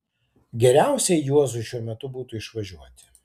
geriausiai juozui šiuo metu būtų išvažiuoti